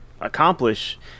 accomplish